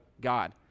God